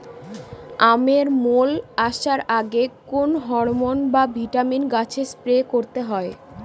আমের মোল আসার আগে কোন হরমন বা ভিটামিন গাছে স্প্রে করতে হয়?